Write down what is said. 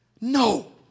no